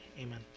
Amen